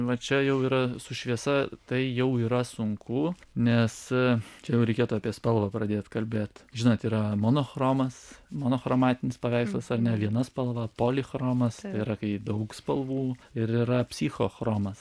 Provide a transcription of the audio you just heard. va čia jau yra su šviesa tai jau yra sunku nes čia jau reikėtų apie spalvą pradėt kalbėt žinot yra monochromas monochromatinis paveikslas ar ne viena spalva polichromas tai yra kai daug spalvų ir yra psichochromas